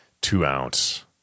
two-ounce